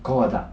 跟我打